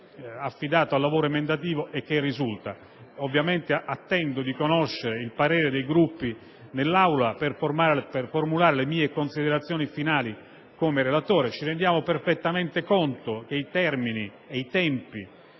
affidato al lavoro emendativo e che risulta. Ovviamente, attendo di conoscere il parere dei Gruppi nell'Aula per formulare le mie considerazioni finali come relatore. Ci rendiamo perfettamente conto che i termini e i tempi